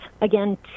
again